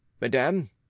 Madame